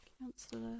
Councillor